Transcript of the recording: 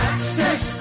Access